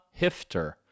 Hifter